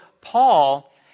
Paul